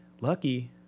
Lucky